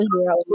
zero